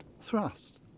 thrust